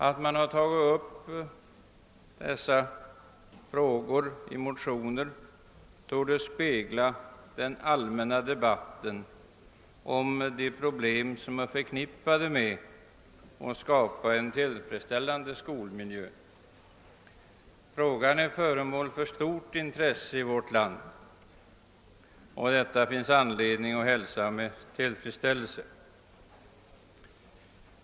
Att man har tagit upp dessa frågor i motioner torde spegla den allmänna debatten om de problem som är förknippade med att skapa en tillfredsställande skolmiljö. Frågan är föremål för stort intresse i vårt land, och detta finns anledning att hälsa med tillfredsställelse.